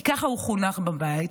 כי ככה הוא חונך בבית,